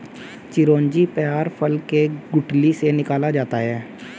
चिरौंजी पयार फल के गुठली से निकाला जाता है